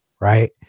right